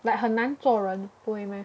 like 很难做人不会 meh